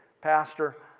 Pastor